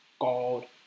God